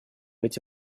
эти